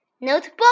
Notebook